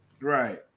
Right